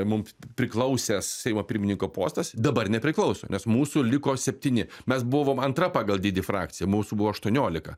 mums priklausęs seimo pirmininko postas dabar nepriklauso nes mūsų liko septyni mes buvom antra pagal dydį frakcija mūsų buvo aštuoniolika